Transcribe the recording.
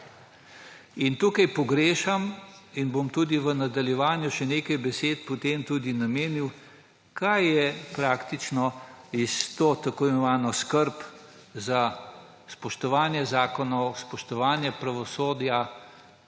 Tukaj pogrešam, in bom tudi v nadaljevanju še nekaj besed potem namenil, kaj je praktično s to tako imenovano skrbjo za spoštovanje zakonov, spoštovanje pravosodja,